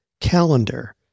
Calendar